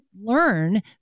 learn